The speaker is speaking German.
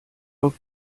auf